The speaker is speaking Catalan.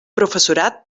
professorat